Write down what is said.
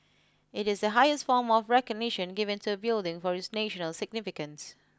it is the highest form of recognition given to a building for its national significance